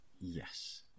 Yes